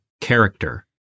character